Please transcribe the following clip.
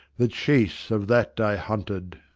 the chase of that i hunted,